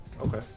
Okay